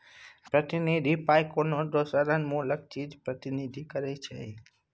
प्रतिनिधि पाइ कोनो दोसर अनमोल चीजक प्रतिनिधित्व करै छै